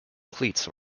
cleats